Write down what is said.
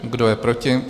Kdo je proti?